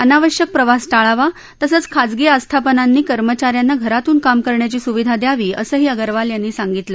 अनावश्यक प्रवास टाळावा तसंच खाजगी आस्थापनांनी कर्मचा यांना घरातून काम करण्याची स्विधा द्यावी असंही अगरवाल यांनी सांगितलं